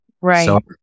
Right